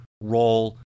role